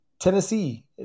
Tennessee